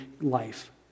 life